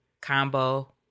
combo